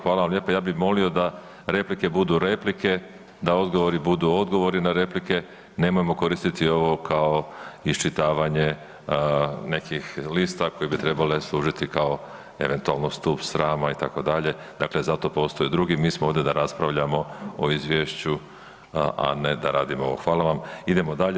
Hvala vam lijepa, ja bi molio da replike budu replike, da odgovori budu odgovori na replike, nemojmo koristiti ovo kao iščitavanje nekih lista koje bi trebale služiti kao eventualno stup srama itd., dakle za to postoje druge, mi smo ovdje da raspravljamo o izvješću a ne da radimo, hvala vam, idemo dalje.